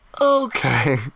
Okay